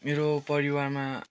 मेरो परिवारमा